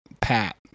pat